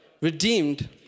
redeemed